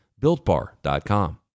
BuiltBar.com